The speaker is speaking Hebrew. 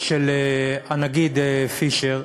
של הנגיד פישר.